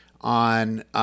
on